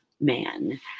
man